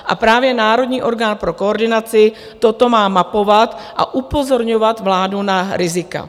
A právě Národní orgán pro koordinaci toto má mapovat a upozorňovat vládu na rizika.